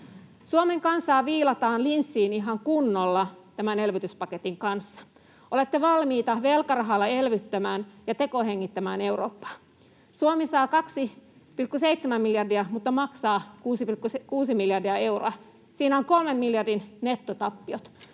Suomen kansaa viilataan linssiin ihan kunnolla tämän elvytyspaketin kanssa. Olette valmiita velkarahalla elvyttämään ja tekohengittämään Eurooppaa. Suomi saa 2,7 miljardia euroa, mutta maksaa 6,6 miljardia euroa. Siinä on kolmen miljardin nettotappiot.